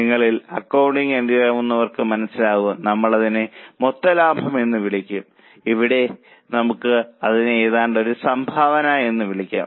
നിങ്ങളിൽ അക്കൌണ്ടിംഗ് അറിയാവുന്നവർക്ക് മനസ്സിലാകും നമ്മൾ അതിനെ മൊത്ത ലാഭം എന്ന് വിളിക്കും ഇവിടെ നമുക്ക് അതിനെ ഏതാണ്ട് ഒരു സംഭാവന എന്ന് വിളിക്കാം